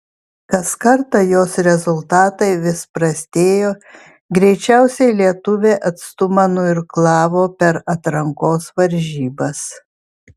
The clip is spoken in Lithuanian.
kas kartą jos rezultatai vis prastėjo greičiausiai lietuvė atstumą nuirklavo per atrankos varžybas